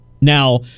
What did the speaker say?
Now